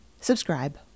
subscribe